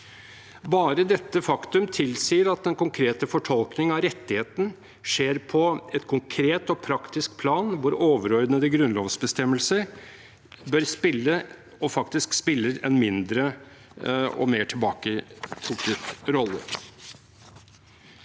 Bare dette faktum tilsier at den konkrete fortolkning av rettigheten skjer på et konkret og praktisk plan hvor overordnede grunnlovsbestemmelser bør spille, og faktisk spiller, en mindre og mer tilbaketrukket rolle.